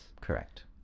Correct